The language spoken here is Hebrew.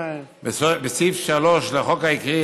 בסעיף 3 לחוק העיקרי,